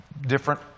different